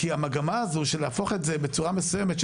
כי המגמה הזאת של להפוך את זה בצורה מסוימת,